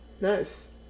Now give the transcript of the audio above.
Nice